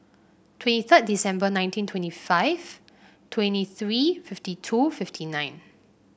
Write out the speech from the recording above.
twenty third December nineteen twenty five twenty three fifty two fifty nine